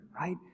right